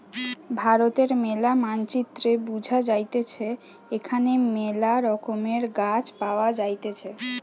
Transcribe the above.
ভারতের ম্যালা মানচিত্রে বুঝা যাইতেছে এখানে মেলা রকমের গাছ পাওয়া যাইতেছে